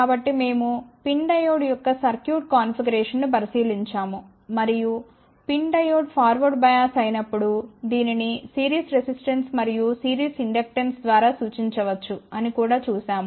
కాబట్టి మేము PIN diode యొక్క సర్క్యూట్ కాన్ఫిగరేషన్ను పరిశీలించాము మరియు PIN డయోడ్ ఫార్వర్డ్ బయాస్ అయినప్పుడు దీనిని సిరీస్ రెసిస్టెన్స్ మరియు సిరీస్ ఇండక్టెన్స్ ద్వారా సూచించవచ్చు అని కూడా చూశాము